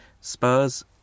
Spurs